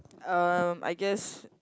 um I guess